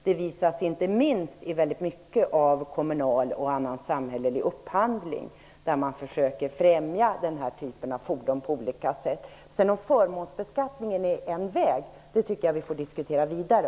Det visas inte minst i mycket av kommunal och annan samhällelig upphandling, där man försöker främja den typen av fordon på olika sätt. Om sedan förmånsbeskattningen är en möjlig väg får vi diskutera vidare.